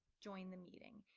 join the meeting.